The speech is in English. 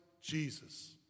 Jesus